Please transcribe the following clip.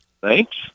Thanks